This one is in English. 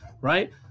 right